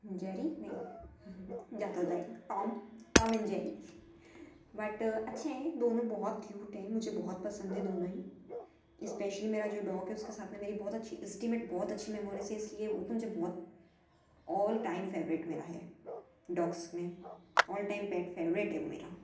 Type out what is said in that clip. जैरी नहीं ज़्यादा हो जाएगा टॉम एंड जैरी बट अच्छे हैं दोनों बहुत क्यूट हैं मुझे बहुत पसंद है दोनों ही इस्पेशली मेरा जो डोग है उसके साथ में मेरी बहुत अच्छी इस्टिमेट बहुत अच्छी मेमोरीज़ है इसलिए वह तो मुझे बहुत ऑल टाइम फेवरेट मेरा है डॉग्स में ऑल टाइम पैट फेवरेट है वह मेरा